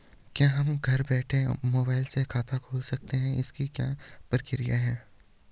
क्या हम घर बैठे मोबाइल से खाता खोल सकते हैं इसकी क्या प्रक्रिया है?